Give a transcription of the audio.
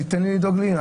צריך לדאוג לעיר,